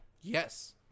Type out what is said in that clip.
Yes